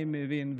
אני מבין,